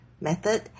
method